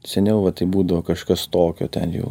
seniau va tai būdavo kažkas tokio ten jau